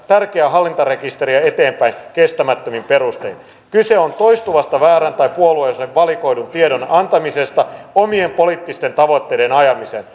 tärkeää hallintarekisteriä eteenpäin kestämättömin perustein kyse on toistuvasta väärän tai puolueellisesti valikoidun tiedon antamisesta omien poliittisten tavoitteiden ajamiseen